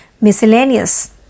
miscellaneous